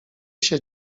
się